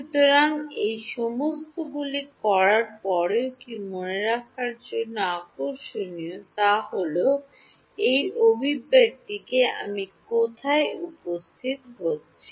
সুতরাং এই সমস্তগুলি করার পরেও কী মনে রাখার জন্য আকর্ষণীয় তা হল এই অভিব্যক্তিতে আমি কোথায় উপস্থিত হচ্ছি